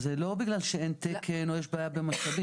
זה לא בגלל שאין תקן או יש בעיה במשאבים.